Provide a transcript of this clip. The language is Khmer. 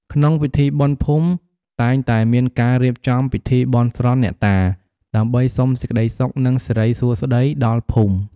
ក្នុងពិធីបុណ្យភូមិ តែងតែមានការរៀបចំពិធីបន់ស្រន់អ្នកតា ដើម្បីសុំសេចក្ដីសុខ និងសិរីសួស្ដីដល់ភូមិ។